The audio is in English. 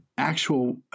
actual